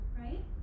right